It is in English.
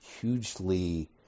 hugely